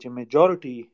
majority